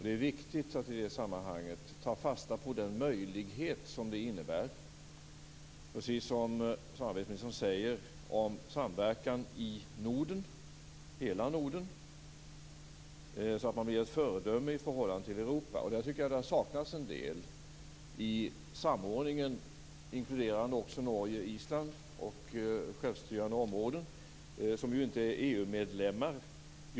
Det är viktigt att i det sammanhanget ta fasta på den möjlighet som det innebär, precis som samarbetsministern säger, till samverkan i hela Norden så att man blir ett föredöme i förhållande till Europa. Där tycker jag att det har saknats en del i samordningen, inkluderande också Norge och Island och självstyrande områden, som ju inte är EU medlemmar.